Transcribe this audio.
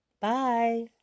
Bye